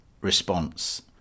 response